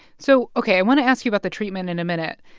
so ok, i want to ask you about the treatment in a minute.